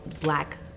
black